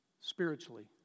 spiritually